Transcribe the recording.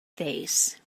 face